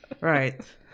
Right